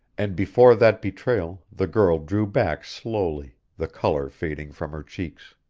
and before that betrayal the girl drew back slowly, the color fading from her cheeks.